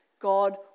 God